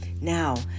Now